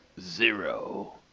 zero